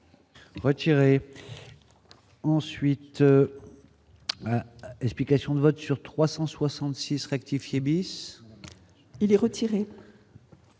Retirer ensuite, explications de vote sur 366 rectifier bis : il est retiré.